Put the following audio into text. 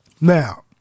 Now